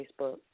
Facebook